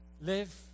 live